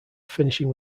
finishing